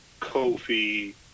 Kofi